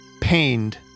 pained